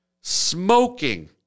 smoking